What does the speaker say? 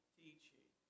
teaching